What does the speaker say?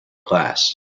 class